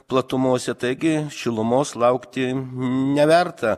platumose taigi šilumos laukti neverta